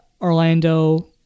Orlando